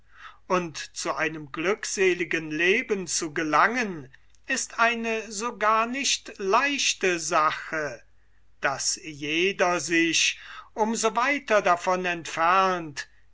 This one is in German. und zu einem glückseligen leben zu gelangen ist eine so gar nicht leichte sache daß jeder sich um so weiter davon entfernt